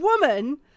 woman